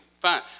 fine